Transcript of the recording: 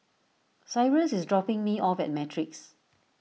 Cyrus is dropping me off at Matrix